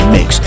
Mix